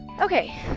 Okay